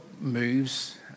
moves